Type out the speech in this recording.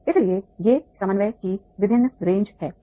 और इसलिए ये समन्वय की विभिन्न रेंज हैं